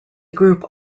group